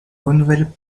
renouvelle